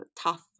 tough